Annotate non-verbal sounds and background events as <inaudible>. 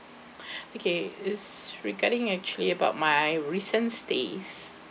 <breath> okay it's regarding actually about my recent stays